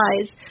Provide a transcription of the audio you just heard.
Eyes